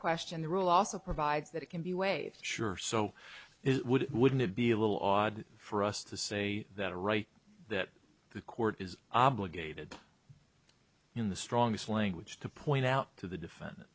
questioned the rule also provides that it can be waived sure so it would wouldn't it be a little odd for us to say that a right that the court is obligated in the strongest language to point out to the defendant